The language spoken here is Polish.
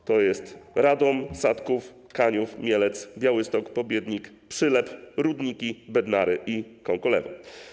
Są to: Radom-Sadków, Kaniów, Mielec, Białystok, Pobiednik, Przylep, Rudniki, Bednary i Kąkolewo.